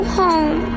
home